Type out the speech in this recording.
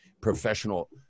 professional